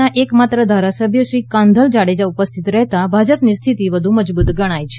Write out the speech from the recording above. ના એકમાત્ર ધારાસભ્ય શ્રી કાંધલ જાડેજા ઉપસ્થિત રહેતા ભાજપની સ્થિતિ વધુ મજબૂત ગણાય છે